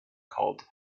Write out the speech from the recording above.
called